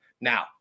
Now